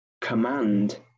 command